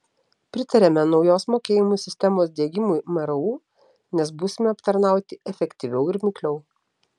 pritariame naujos mokėjimų sistemos diegimui mru nes būsime aptarnauti efektyviau ir mikliau